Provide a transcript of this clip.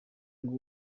ngo